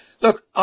Look